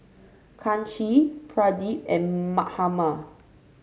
Kanshi Pradip and Mahatma